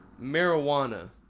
Marijuana